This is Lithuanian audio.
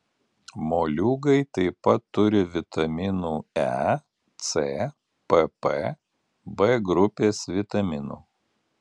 moliūgai taip pat turi vitaminų e c pp b grupės vitaminų